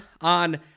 on